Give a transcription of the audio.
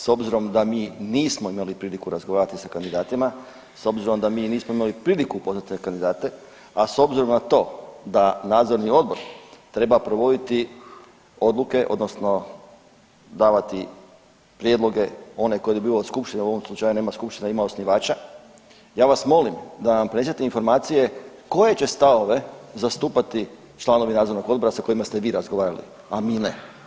S obzirom da mi nismo imali priliku razgovarati sa kandidatima, s obzirom da mi nismo imali priliku upoznati te kandidate, a s obzirom na to da Nadzorni odbor treba provoditi odluke, odnosno davati prijedloge one koje dobiva od Skupštine, u ovom slučaju nema Skupštine, ima osnivača, ja vas molim da nam prenesete informacije, koje će stavove zastupati članovi Nadzornog odbora sa kojima ste vi razgovarali, a mi ne.